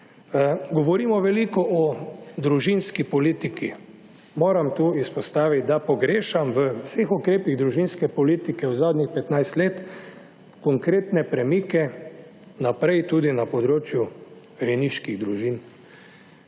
Govorimo veliko o družinski politiki. Moram tudi izpostaviti, da pogrešam v vseh ukrepih družinske politike v zadnjih 15 let konkretne premike naprej tudi na področju rejniških družin.